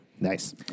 nice